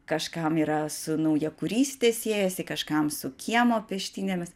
kažkam yra su naujakuryste siejasi kažkam su kiemo peštynėmis